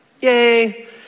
yay